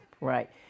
Right